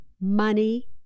money